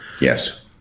yes